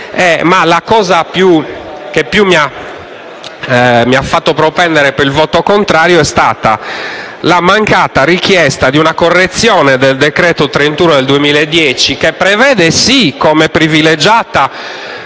Ma la cosa che più mi ha fatto propendere per il voto contrario è stata la mancata richiesta di una correzione del decreto legislativo n. 31 del 2010, che prevede, sì, come privilegiata